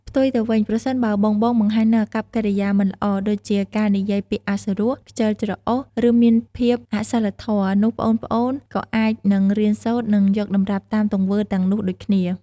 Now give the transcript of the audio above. ផ្ទុយទៅវិញ ប្រសិនបើបងៗបង្ហាញនូវអាកប្បកិរិយាមិនល្អ ដូចជាការនិយាយពាក្យអសុរោះ ខ្ជិលច្រអូស ឬមានភាពអសីលធម៌ នោះប្អូនៗក៏អាចនឹងរៀនសូត្រ និងយកតម្រាប់តាមទង្វើទាំងនោះដូចគ្នា ។